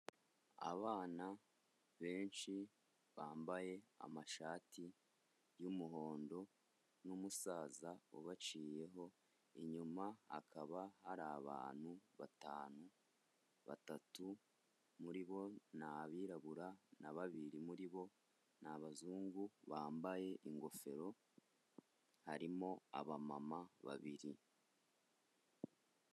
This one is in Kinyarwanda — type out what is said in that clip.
Abana benshi bambaye amashati y'umuhondo n'umusaza ubaciyeho inyuma hakaba hari abantu batanu, batatu muri bo ni abirabura, na babiri muri bo ni abazungu bambaye ingofero, harimo abamama babiri.